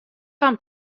fan